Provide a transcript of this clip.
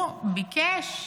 הוא ביקש כנראה,